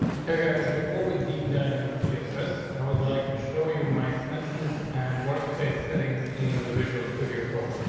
hey, guys, before we deep time into css, i would like to show you my extensions and workspace settings in the visual studio code.